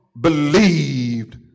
believed